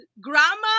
grandma